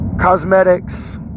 cosmetics